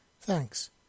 Thanks